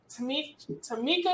Tamika